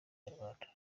nyarwanda